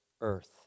earth